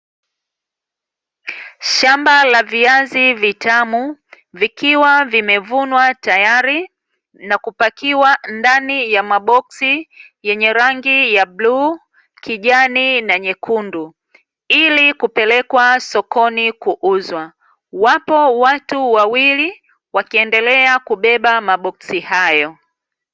Shamba la viazi vitamu, vikiwa vimevunwa tayari na kupakiwa ndani ya maboksi yenye rangi ya bluu, kijani na nyekundu, ili kupelekwa sokoni kuuzwa. Wapo watu wawili wakiendelea kubeba maboksi hayo.